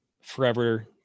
forever